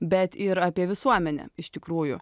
bet ir apie visuomenę iš tikrųjų